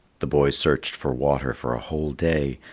the boy searched for water for a whole day,